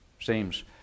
Seems